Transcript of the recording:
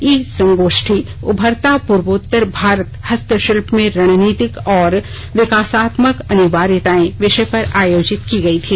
यह ई संगोष्ठी उभरता पूर्वोत्तर भारतः हस्तशिल्प में रणनीतिक और विकासात्मक अनिवार्यताएंविषय पर आयोजित की गई थी